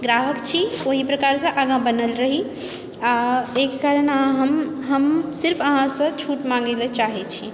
ग्राहक छी ओहि प्रकारसँ आगाँ बनल रही आ एहि कारण हम हम सिर्फ अहाँसँ छूट माङ्गय लेल चाहैत छी